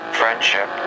friendship